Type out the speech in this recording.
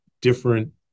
different